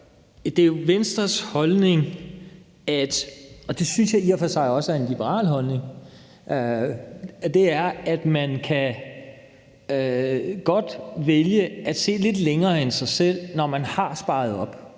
Det er jo Venstres holdning – og det synes jeg i og for sig også er en liberal holdning – at man godt kan vælge at se lidt længere end sig selv, når man har sparet op,